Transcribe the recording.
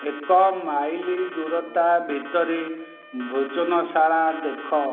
ଏକ ମାଇଲ ଦୂରତା ଭିତରେ ଭୋଜନଶାଳା ଦେଖ